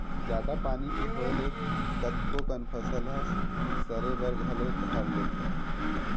जादा पानी के होय ले कतको कन फसल ह सरे बर घलो धर लेथे